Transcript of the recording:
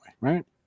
right